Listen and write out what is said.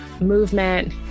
movement